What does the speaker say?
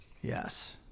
Yes